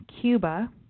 Cuba